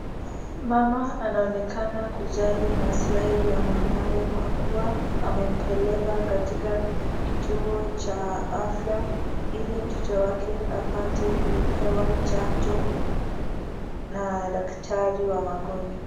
Mama anaonekana kujali masilahi ya mwanawe kwa kuwa amempeleka katika kituo cha afya ili mtoto wake apate kupewa chanjo na daktari wa magonjwa.